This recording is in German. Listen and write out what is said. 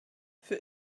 für